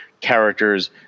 characters